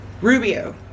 Rubio